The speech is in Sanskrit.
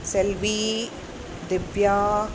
सेल्वी दिव्या